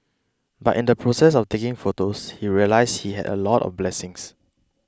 but in the process of taking photos he realised he had a lot of blessings